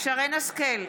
שרן מרים השכל,